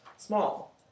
Small